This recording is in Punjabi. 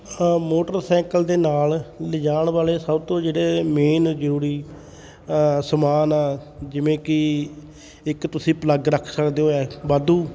ਹਾਂ ਮੋਟਰਸਾਈਕਲ ਦੇ ਨਾਲ ਲਿਜਾਣ ਵਾਲੇ ਸਭ ਤੋਂ ਜਿਹੜੇ ਮੇਨ ਜ਼ਰੂਰੀ ਸਮਾਨ ਆ ਜਿਵੇਂ ਕਿ ਇੱਕ ਤੁਸੀਂ ਪਲੱਗ ਰੱਖ ਸਕਦੇ ਹੋ ਵਾਧੂ